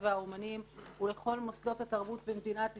ואומנית ולכל מוסד תרבות במדינת ישראל,